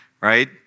right